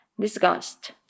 Disgust